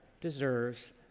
deserves